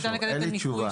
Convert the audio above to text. אין לי תשובה,